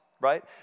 right